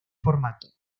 formato